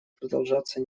продолжаться